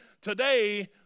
Today